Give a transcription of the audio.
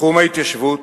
תחום ההתיישבות